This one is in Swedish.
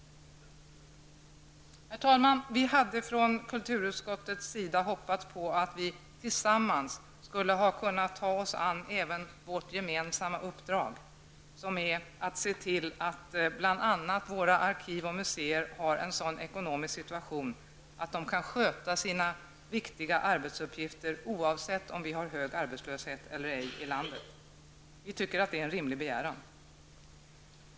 Herr talman! Vi hade från kulturutskottets sida hoppats på att vi tillsammans skulle ha kunnat ta oss an även vårt gemensamma uppdrag, som är att se till att bl.a. våra arkiv och museer har en sådan ekonomisk situation att de kan sköta sina viktiga arbetsuppgifter, oavsett om vi har hög arbetslöshet eller ej i landet. Vi tycker att det är en rimlig begäran.